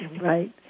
Right